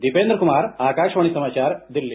दीपेन्द्र कुमार आकाशवाणी समाचार दिल्ली